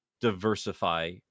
diversify